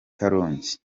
karongi